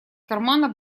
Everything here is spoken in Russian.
кармана